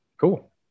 cool